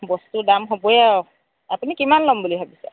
বস্তু দাম হ'বই আৰু আপুনি কিমান ল'ম বুলি ভাবিছে